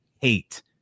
hate